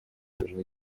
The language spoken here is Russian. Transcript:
должны